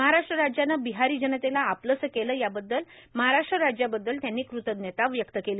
महाराष्ट्र राज्यानं बिहारी जनतेला आपलसं केलं याबद्दल महाराष्ट्र राज्याबद्दल त्यांनी कृतज्ञता व्यक्त केली